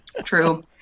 True